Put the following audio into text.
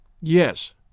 Yes